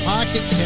Pocket